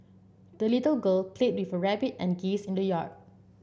the little girl played with her rabbit and geese in the yard